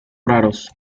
raros